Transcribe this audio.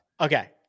Okay